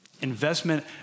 Investment